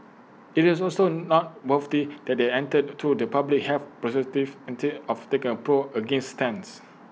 IT is also noteworthy that they entered to the public health perspective instead of taking A pro or against stance